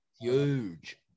Huge